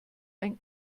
einen